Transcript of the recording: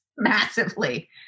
Massively